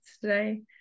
today